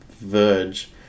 Verge